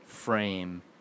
frame